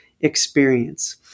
experience